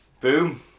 Boom